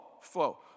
flow